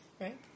right